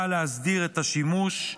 באה להסדיר את השימוש,